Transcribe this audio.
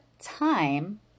time